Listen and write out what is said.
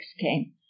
came